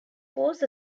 force